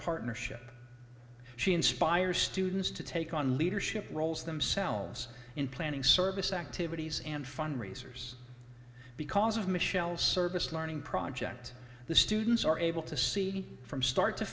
partnership she inspires students to take on leadership roles themselves in planning service activities and fundraisers because of michelle's service learning project the students are able to see from start to